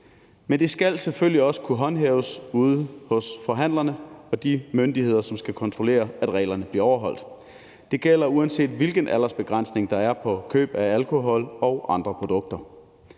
men det skal selvfølgelig også kunne håndhæves ude hos forhandlerne og af de myndigheder, der skal kontrollere, at reglerne bliver overholdt. Det gælder, uanset hvilken aldersbegrænsning der er for køb af alkohol og andre produkter.